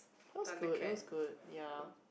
that was good it was good ya